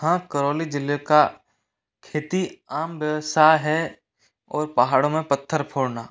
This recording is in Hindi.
हाँ करौली ज़िले का खेती आम व्यवसाय है और पहाड़ों में पत्थर फोड़ना